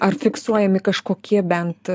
ar fiksuojami kažkokie bent